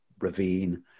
ravine